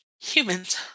humans